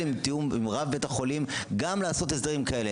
בתיאום עם רב בית החולים גם לעשות הסדרים כאלה,